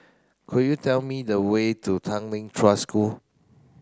could you tell me the way to Tanglin Trust School